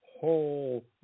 whole